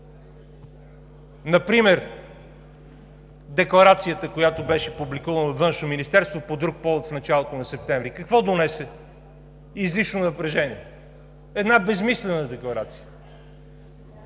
например Декларацията, която беше публикувана от Външно министерство по друг повод в началото на септември. Какво донесе – излишно напрежение, една безсмислена декларация.